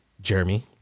Jeremy